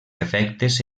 efectes